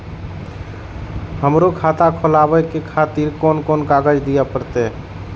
हमरो खाता खोलाबे के खातिर कोन कोन कागज दीये परतें?